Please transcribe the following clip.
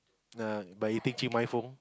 nah but you take my phone